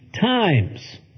times